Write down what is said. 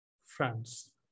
France